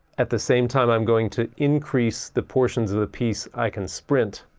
at the same time i'm going to increase the portions of the piece i can sprint.